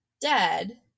dead